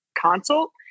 consult